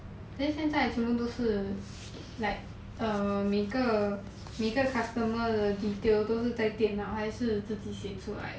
then 现在全部都是 like err 每个每个 customer 的 detail 都是在电脑还是自己写出来的:dou shi zai dian nao hai shi ziji xie chu lai de